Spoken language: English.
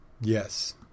Yes